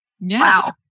Wow